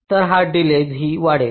तर हा डिलेजही वाढेल